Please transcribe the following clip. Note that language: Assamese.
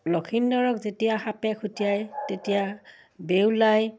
লখিন্দৰক যেতিয়া সাপে খুটিয়াই তেতিয়া বেউলাই